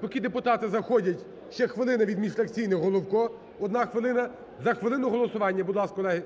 поки депутати заходять, ще хвилина від міжфракційних. Головко, одна хвилина. За хвилину голосування, будь ласка, колеги.